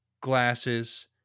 glasses